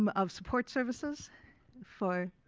um of support services for.